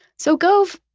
so gove,